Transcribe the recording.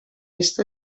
est